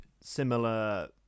similar